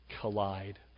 collide